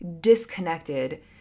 disconnected